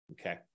Okay